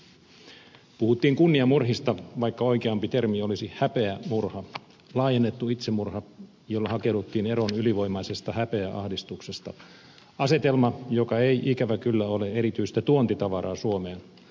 puhuttiin kunniamurhista vaikka oikeampi termi olisi häpeämurha laajennettu itsemurha jolla hakeuduttiin eroon ylivoimaisesta häpeäahdistuksesta asetelma joka ei ikävä kyllä ole erityistä tuontitavaraa suomeen